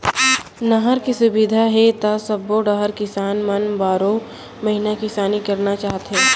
नहर के सुबिधा हे त सबो डहर किसान मन बारो महिना किसानी करना चाहथे